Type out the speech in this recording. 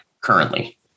currently